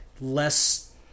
Less